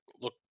look